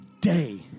day